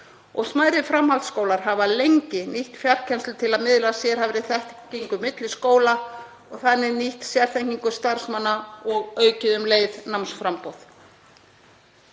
Smærri framhaldsskólar hafa lengi nýtt fjarkennslu til að miðla sérhæfðri þekkingu milli skóla og þannig nýtt sérþekkingu starfsmanna og aukið um leið námsframboð.